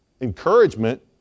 encouragement